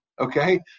Okay